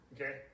Okay